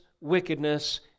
wickedness